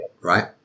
Right